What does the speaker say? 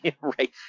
right